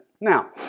Now